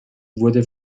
wurde